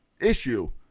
issue